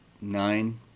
nine